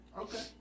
Okay